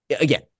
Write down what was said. Again